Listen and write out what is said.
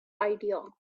idea